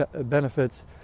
benefits